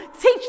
teach